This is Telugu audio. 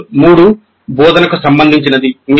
మాడ్యూల్ 3 బోధనకు సంబంధించినది